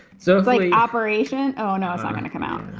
so operation, oh no it's not gonna come out.